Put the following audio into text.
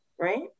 right